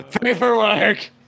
Paperwork